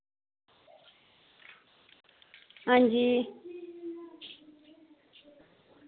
हां जी